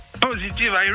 Positive